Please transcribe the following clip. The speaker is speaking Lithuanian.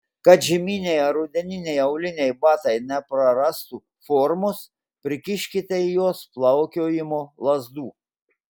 kad žieminiai ar rudeniniai auliniai batai neprarastų formos prikiškite į juos plaukiojimo lazdų